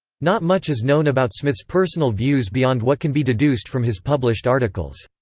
not much is known about smith's personal views beyond what can be deduced from his published articles.